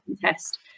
test